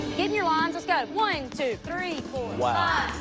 in your lines. let's go. one, two, three, four wow.